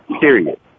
Period